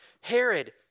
Herod